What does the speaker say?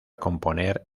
componer